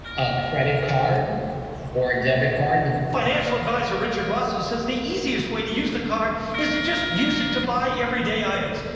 all credit card or debit card and financial advisor richard russell says the easiest way to use the card is it just use it to buy everyday items.